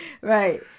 right